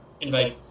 invite